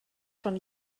schon